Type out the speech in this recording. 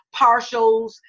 partials